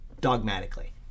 dogmatically